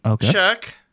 check